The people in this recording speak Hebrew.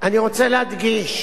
אני רוצה להדגיש,